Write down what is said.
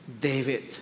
David